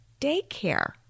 daycare